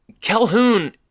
Calhoun